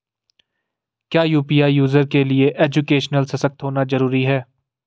क्या UPI user के लिए एजुकेशनल सशक्त होना जरूरी है?